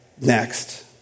Next